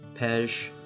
Pej